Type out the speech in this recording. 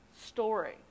story